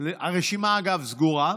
הרשימה סגורה.